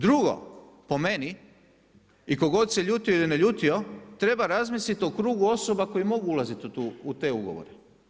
Drugo, po meni i tko god se ljutio ili ne ljutio, treba razmisliti o krugu osoba koje mogu ulaziti u te ugovore.